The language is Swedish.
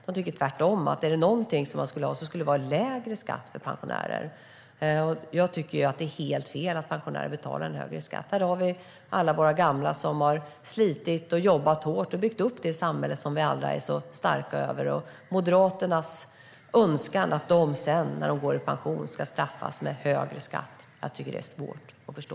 De tycker tvärtom att pensionärer borde ha lägre skatt. Jag tycker att det är helt fel att pensionärer betalar högre skatt. Alla våra gamla har slitit, jobbat hårt och byggt upp det samhälle vi alla är så stolta över. Att Moderaterna då önskar att de ska straffas med högre skatt när de går i pension tycker jag är svårt att förstå.